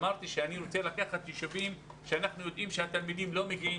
אמרתי שאני רוצה לקחת ישובים שאנחנו יודעים שהתלמידים לא מגיעים